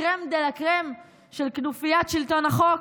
הקרם דה לה קרם של כנופיית שלטון החוק?